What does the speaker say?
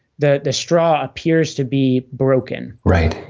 the the straw appears to be broken right,